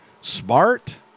smart